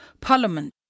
Parliament